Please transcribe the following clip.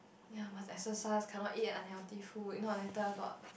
ya but exercise cannot eat unhealthy food you know later got